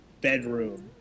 bedroom